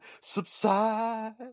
subside